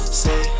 say